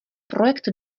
projekt